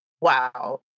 Wow